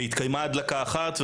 התקיימה הדלקה אחת.